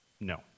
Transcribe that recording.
No